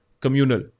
communal